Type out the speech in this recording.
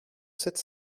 sept